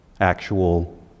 actual